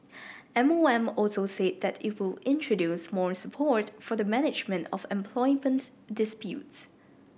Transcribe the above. M O M also said that it will introduce more support for the management of employment disputes